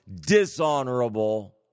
dishonorable